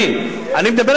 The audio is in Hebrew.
אפשר